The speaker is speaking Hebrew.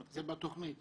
זה בתוכנית.